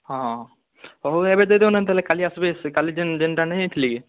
ହଁ ହଉ ଏବେ ଦେଇ ଦେଉନାହାନ୍ତି ତାହେଲେ କାଲି ଆସିବେ ସେ କାଲି ଯେନ୍ ଯେନ୍ଟା ନେଇ ଯାଇଥିଲି